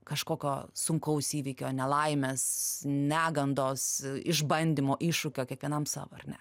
kažkokio sunkaus įvykio nelaimės negandos išbandymo iššūkio kiekvienam sau ar ne